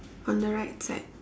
on the right side